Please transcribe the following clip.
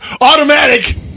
automatic